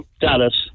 Dallas